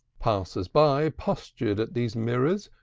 passers-by postured at these mirrors,